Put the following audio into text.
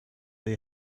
they